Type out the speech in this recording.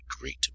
great